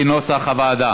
כנוסח הוועדה.